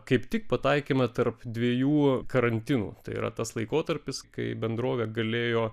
kaip tik pataikėme tarp dviejų karantinų tai yra tas laikotarpis kai bendrovė galėjo